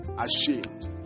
ashamed